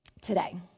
today